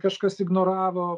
kažkas ignoravo